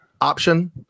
option